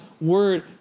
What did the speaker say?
word